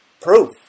proof